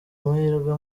amahirwe